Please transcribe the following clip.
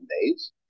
days